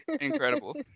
incredible